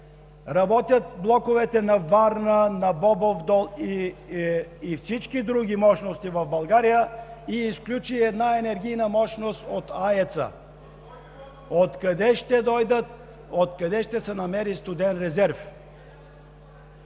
работят блоковете на Варна, на Бобов дол и всички други мощности в България и изключи една енергийна мощност от АЕЦ-а, откъде ще дойдат, откъде ще се намери студен резерв?